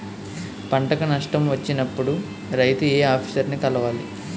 పంటకు నష్టం వచ్చినప్పుడు రైతు ఏ ఆఫీసర్ ని కలవాలి?